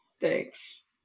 Thanks